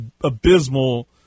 abysmal